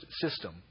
system